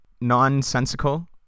nonsensical